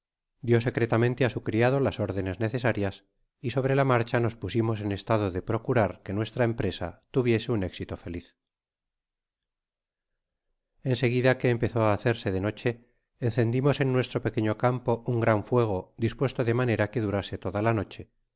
dió secretamente á su criado las órdenes necesarias y sobre la marcha nos pusimos en estado de procurar que nuestra empresa tuviese un éxito feliz en seguida que empezó á hacerse de noche encendimos en nuestro peque fio campo un gran fuego dispuesto de manera que durase toda la noche